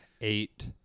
eight